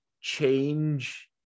change